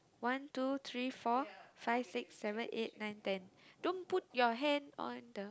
one two three four five six seven eight nine ten don't put your hand on the